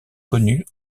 connues